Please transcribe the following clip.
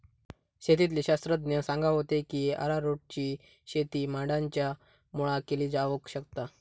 शेतीतले शास्त्रज्ञ सांगा होते की अरारोटची शेती माडांच्या मुळाक केली जावक शकता